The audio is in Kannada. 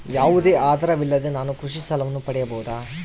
ಯಾವುದೇ ಆಧಾರವಿಲ್ಲದೆ ನಾನು ಕೃಷಿ ಸಾಲವನ್ನು ಪಡೆಯಬಹುದಾ?